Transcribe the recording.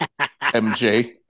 MJ